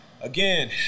again